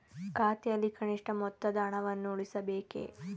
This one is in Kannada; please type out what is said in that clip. ಖಾತೆಯಲ್ಲಿ ಕನಿಷ್ಠ ಮೊತ್ತದ ಹಣವನ್ನು ಉಳಿಸಬೇಕೇ?